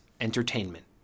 entertainment